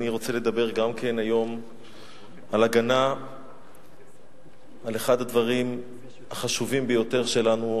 אני רוצה לדבר גם כן היום על הגנה על אחד הדברים החשובים ביותר לנו,